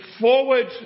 forward